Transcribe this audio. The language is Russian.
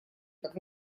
как